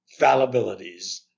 fallibilities